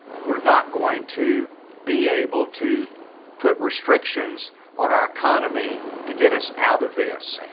we're not going to be able to put restrictions on our economy to get us out of this.